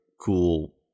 cool